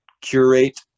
curate